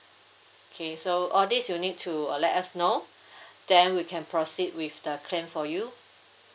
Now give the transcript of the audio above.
okay so all this you need to uh let us know then we can proceed with the claim for you